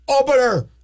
opener